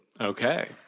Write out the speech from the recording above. Okay